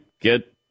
get